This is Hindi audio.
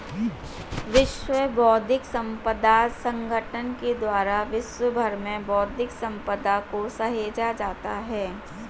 विश्व बौद्धिक संपदा संगठन के द्वारा विश्व भर में बौद्धिक सम्पदा को सहेजा जाता है